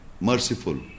merciful